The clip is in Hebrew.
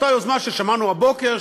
אותה יוזמה ששמענו הבוקר,